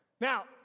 now